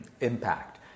impact